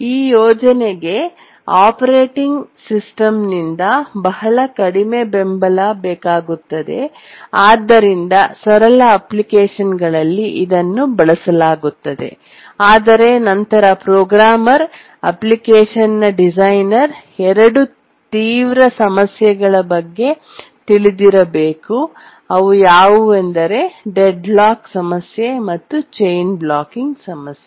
ಈ ಯೋಜನೆಗೆ ಆಪರೇಟಿಂಗ್ ಸಿಸ್ಟಂನಿಂದ ಬಹಳ ಕಡಿಮೆ ಬೆಂಬಲ ಬೇಕಾಗುತ್ತದೆ ಆದ್ದರಿಂದ ಸರಳ ಅಪ್ಲಿಕೇಶನ್ಗಳಲ್ಲಿ ಇದನ್ನು ಬಳಸಲಾಗುತ್ತದೆ ಆದರೆ ನಂತರ ಪ್ರೋಗ್ರಾಮರ್ ಅಪ್ಲಿಕೇಶನ್ನ ಡಿಸೈನರ್ ಎರಡು ತೀವ್ರ ಸಮಸ್ಯೆಗಳ ಬಗ್ಗೆ ತಿಳಿದಿರಬೇಕು ಅವು ಯಾವುದೆಂದರೆ ಡೆಡ್ಲಾಕ್ ಸಮಸ್ಯೆ ಮತ್ತು ಚೈನ್ ಬ್ಲಾಕಿಂಗ್ ಸಮಸ್ಯೆ